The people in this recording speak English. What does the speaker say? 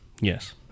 Yes